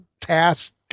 task